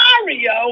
Mario